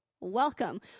Welcome